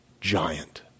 giant